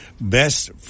Best